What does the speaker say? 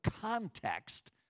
context